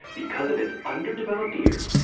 because of its underdeveloped ears,